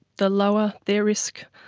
the lower their risk